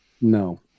no